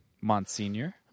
Monsignor